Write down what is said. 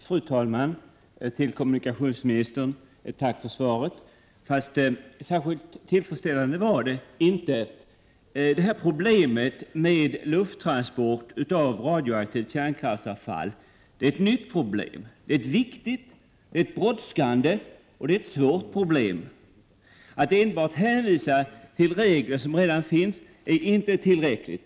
Fru talman! Jag tackar kommunikationsministern för svaret, som inte är särskilt tillfredsställande. Problemet med lufttransport av radioaktivt kärnkraftsavfall är ett nytt problem. Men det är också ett viktigt, brådskande och svårt problem. Att enbart hänvisa till regler som redan finns är inte tillräckligt.